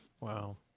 Wow